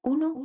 Uno